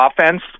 offense